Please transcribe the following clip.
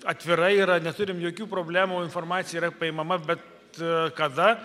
atvirai yra neturim jokių problemų informacija yra paimama bet kada